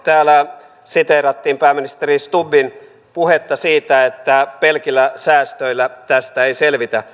täällä siteerattiin pääministeri stubbin puhetta siitä että pelkillä säästöillä tästä ei selvitä